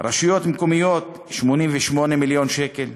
רשויות מקומיות, 88 מיליון שקל,